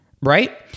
Right